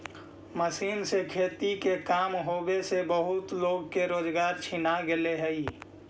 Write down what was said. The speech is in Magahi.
मशीन से खेती के काम होवे से बहुते लोग के रोजगार छिना गेले हई